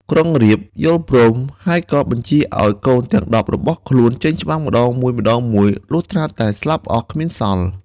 ក្រុងរាពណ៍យល់ព្រម ហើយក៏បញ្ជាឱ្យកូនទាំង១០របស់ខ្លួនចេញច្បាំងម្តងមួយៗលុះត្រាតែស្លាប់អស់គ្មានសល់។